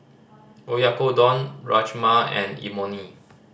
Oyakodon Rajma and Imoni